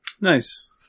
Nice